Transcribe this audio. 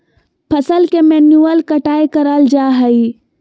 फसल के मैन्युअल कटाय कराल जा हइ